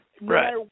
Right